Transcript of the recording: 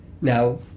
Now